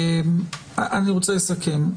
אני רוצה לסכם.